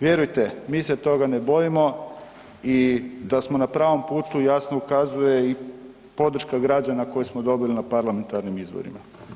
Vjerujte mi se toga ne bojimo i da smo na pravom putu jasno ukazuje i podrška građana koju smo dobili na parlamentarnim izborima.